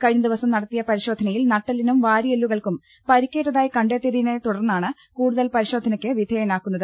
കഴിഞ്ഞ ദിവസം നടത്തിയ പരിശോധനയിൽ നട്ടെല്ലിനും വാരിയെല്ലു കൾക്കും പരിക്കേറ്റതായി കണ്ടെത്തിയതിനെ തുടർന്നാണ് കൂടു തൽ പരിശോധനക്ക് വിധേയനാക്കുന്നത്